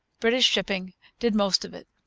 british shipping did most of it.